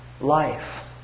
life